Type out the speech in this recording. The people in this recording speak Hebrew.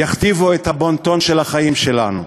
יכתיבו את הבון-טון של החיים שלנו.